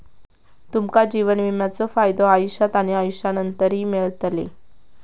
तुमका जीवन विम्याचे फायदे आयुष्यात आणि आयुष्यानंतरही मिळतले